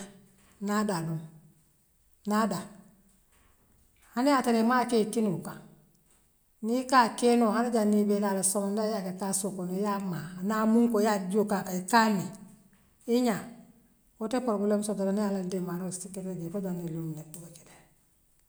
Naadaŋ naadaŋ hani yaa tara imaakee kinuŋ kaŋ niŋ ikaa keenoo le hani jaŋ niŋ ibee laala somondaa yaa dan taassoo kono yaa maa naa muŋkoo yaa jioo ke akae trua mua i ňaa woo te pouroblem soto la niŋ allah yee nte maakoy nsi kerla jee foo janŋ niŋ luŋ minna tuboo ketaaye.